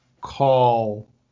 call